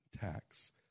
tax